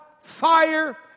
fire